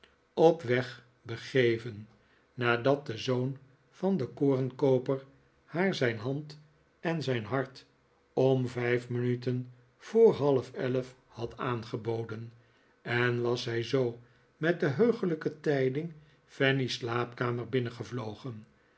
op weg begeven nadat de zoon van den korenkooper haar zijn hand en zijn hart om vijf minuten voor half elf had aangeboden en was zij zoo met de heuglijke tijding fanny's slaapkamer binnengevlogen